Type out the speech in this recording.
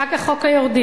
אחר כך חוק היורדים.